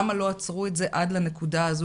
למה לא עצרו את זה עד לנקודה הזו,